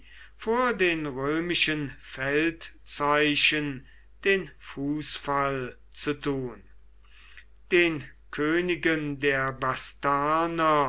vor den römischen feldzeichen den fußfall zu tun den königen der bastarner